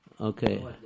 Okay